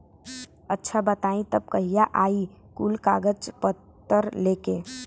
अच्छा बताई तब कहिया आई कुल कागज पतर लेके?